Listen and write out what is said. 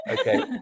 okay